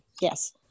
yes